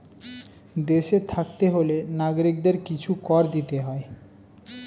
দেশে থাকতে হলে নাগরিকদের কিছু কর দিতে হয়